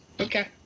Okay